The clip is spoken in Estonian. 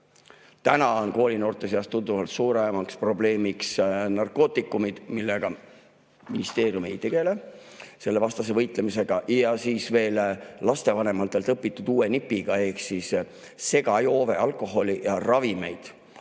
Täna on koolinoorte seas tunduvalt suuremaks probleemiks narkootikumid, millega ministeerium ei tegele, nende vastu võitlemisega, ja siis veel lastevanematelt õpitud uus nipp ehk segajoove alkoholist ja ravimeist.